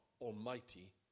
Almighty